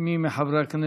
מיקי רוזנטל,